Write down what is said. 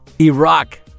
Iraq